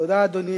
התשע"ב 2012,